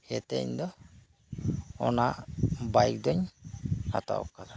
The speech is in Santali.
ᱤᱭᱟᱹᱛᱮ ᱤᱧ ᱫᱚ ᱚᱱᱟ ᱵᱟᱭᱤᱠ ᱫᱩᱧ ᱦᱟᱛᱟᱣ ᱟᱠᱟᱫ ᱟ